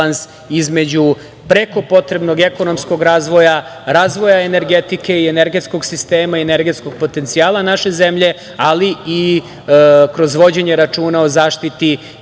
između preko potrebnog ekonomskog razvoja, razvoja energetike i energetskog sistema i energetskog potencijala naše zemlje, ali i kroz vođenje računa o zaštiti